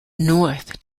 north